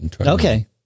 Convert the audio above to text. Okay